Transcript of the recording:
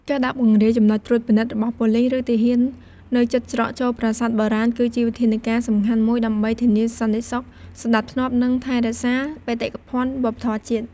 ការដាក់ពង្រាយ ចំណុចត្រួតពិនិត្យរបស់ប៉ូលិស ឬទាហាន នៅជិតច្រកចូលប្រាសាទបុរាណ គឺជាវិធានការសំខាន់មួយដើម្បីធានាសន្តិសុខ សណ្តាប់ធ្នាប់ និងថែរក្សាបេតិកភណ្ឌវប្បធម៌ជាតិ។